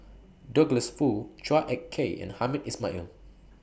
Douglas Foo Chua Ek Kay and Hamed Ismail